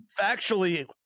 factually